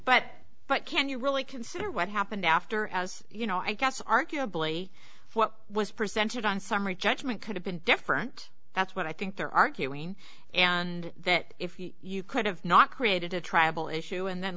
but but can you really consider what happened after as you know i guess arguably what was presented on summary judgment could have been different that's what i think they're arguing and that if you could have not created a tribal issue and then